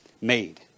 made